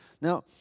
Now